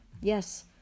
yes